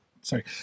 sorry